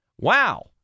Wow